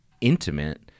intimate